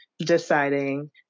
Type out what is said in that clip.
deciding